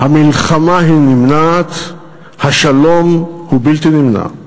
"המלחמה היא נמנעת, השלום הוא בלתי נמנע".